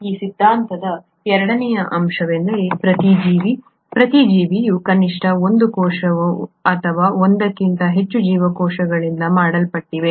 ಈ ಸಿದ್ಧಾಂತದ ಎರಡನೆಯ ಅಂಶವೆಂದರೆ ಪ್ರತಿ ಜೀವಿ ಪ್ರತಿ ಜೀವಿಯು ಕನಿಷ್ಠ ಒಂದು ಕೋಶ ಅಥವಾ ಒಂದಕ್ಕಿಂತ ಹೆಚ್ಚು ಜೀವಕೋಶಗಳಿಂದ ಮಾಡಲ್ಪಟ್ಟಿದೆ